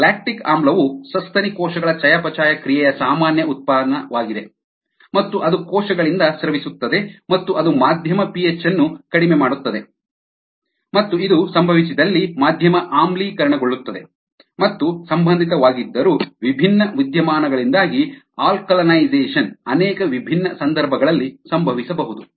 lactic ಆಮ್ಲವು ಸಸ್ತನಿ ಕೋಶಗಳ ಚಯಾಪಚಯ ಕ್ರಿಯೆಯ ಸಾಮಾನ್ಯ ಉತ್ಪನ್ನವಾಗಿದೆ ಮತ್ತು ಅದು ಕೋಶಗಳಿಂದ ಸ್ರವಿಸುತ್ತದೆ ಮತ್ತು ಅದು ಮಾಧ್ಯಮ ಪಿಹೆಚ್ ಅನ್ನು ಕಡಿಮೆ ಮಾಡುತ್ತದೆ ಮತ್ತು ಇದು ಸಂಭವಿಸಿದಲ್ಲಿ ಮಾಧ್ಯಮ ಆಮ್ಲೀಕರಣಗೊಳ್ಳುತ್ತದೆ ಮತ್ತು ಸಂಬಂಧಿತವಾಗಿದ್ದರು ವಿಭಿನ್ನ ವಿದ್ಯಮಾನಗಳಿಂದಾಗಿ ಆಲ್ಕಲೈನಿಝೇಷನ್ ಅನೇಕ ವಿಭಿನ್ನ ಸಂದರ್ಭಗಳಲ್ಲಿ ಸಂಭವಿಸಬಹುದು